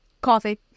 coffee